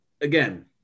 Again